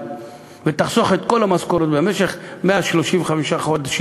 ותחסוך את כל המשכורות במשך 135 חודשים,